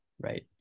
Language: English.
right